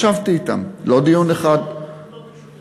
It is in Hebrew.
ישבתי אתם, לא דיון אחד, לא ביקשו,